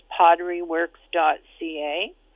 PotteryWorks.ca